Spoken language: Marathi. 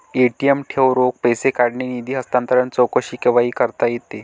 ए.टी.एम ठेव, रोख पैसे काढणे, निधी हस्तांतरण, चौकशी केव्हाही करता येते